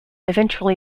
eventually